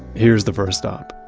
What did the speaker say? here's the first stop.